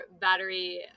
battery